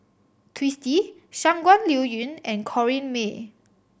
Twisstii Shangguan Liuyun and Corrinne May